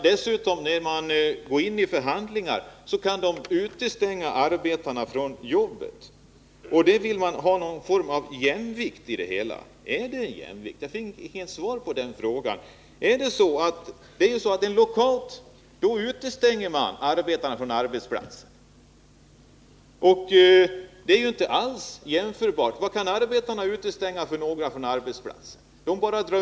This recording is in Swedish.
När man går in i förhandlingar kan arbetsgivarna dessutom utestänga arbetarna från jobbet, och då talar man om någon form av jämvikt. Är det jämvikt? Jag fick inget svar på den frågan. Vid en lockout utestängs arbetarna från arbetsplatsen. Det är ju inte alls jämförbart med arbetarnas möjligheter. Vem kan arbetarna utestänga från aft.